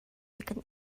kan